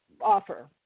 offer